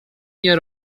nie